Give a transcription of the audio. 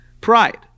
Pride